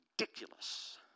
ridiculous